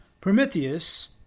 Prometheus